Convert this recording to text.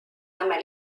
nõmme